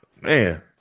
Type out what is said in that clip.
Man